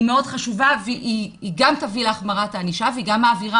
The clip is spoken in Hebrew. היא מאוד חשובה והיא גם תביא להחמרת הענישה והיא גם מעבירה